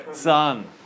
Son